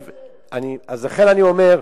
אז לכן אני אומר,